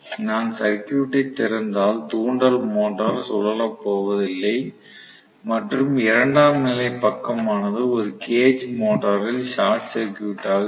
நான் சர்க்யூட்டைத் திறந்தால் தூண்டல் மோட்டார் சுழலப் போவதில்லை மற்றும் இரண்டாம் நிலை பக்கமானது ஒரு கேஜ் மோட்டாரில் ஷர்ட் சர்கியூட் ஆக இருக்கும்